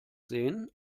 sehen